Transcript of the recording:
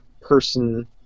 person